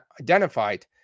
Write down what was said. identified